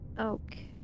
Okay